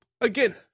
again